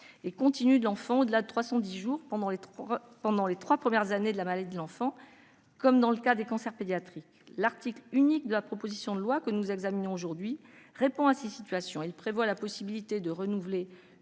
et continu de l'enfant au-delà de 310 jours au cours des trois premières années de la maladie, comme dans le cas des cancers pédiatriques. L'article unique de la proposition de loi que nous examinons aujourd'hui répond à ces situations. Il prévoit la possibilité de renouveler